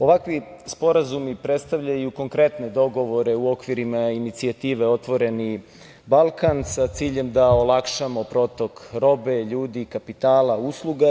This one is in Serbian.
Ovakvi sporazumi predstavljaju konkretne dogovore u okvirima inicijative „Otvoreni Balkan“, sa ciljem da olakšamo protok robe, ljudi, kapitala i usluga.